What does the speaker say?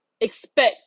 expect